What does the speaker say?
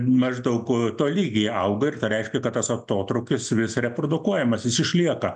maždaug tolygiai auga ir tai reiškia kad tas atotrūkis vis reprodukuojamas jis išlieka